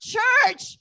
Church